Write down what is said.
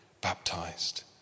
baptized